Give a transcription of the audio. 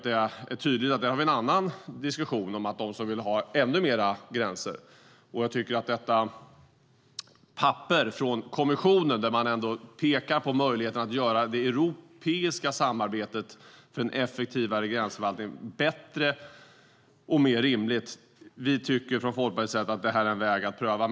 Det är tydligt att där har vi en annan diskussion från dem som vill ha ännu mer gränser. Kommissionen pekar i sitt meddelande på möjligheten att göra det europeiska samarbetet för en effektivare gränsförvaltning bättre och mer rimligt. Vi tycker från Folkpartiets sida att det är en väg att pröva.